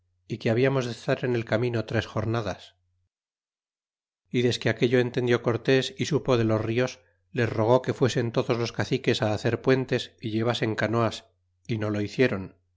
y que hablamos de estar en el camino tres jornadas y desque aquello entendió cortés é supo de los nos les rogó que fuesen todos los caciques hacer puentes y llevasen canoas y no lo hicieron